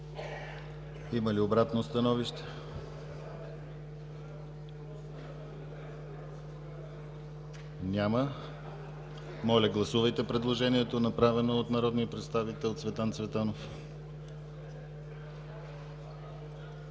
Има ли обратно становище? Няма. Моля, гласувайте предложението, направено от народния представител Цветан Цветанов. Гласували 140